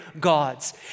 gods